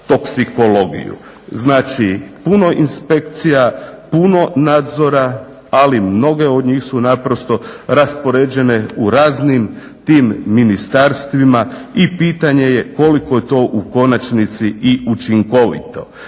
toksikologiju. Znači puno inspekcija, puno nadzora, ali mnoge od njih su naprosto raspoređene u raznim tim ministarstvima i pitanje je koliko je to u končanici i učinkovito.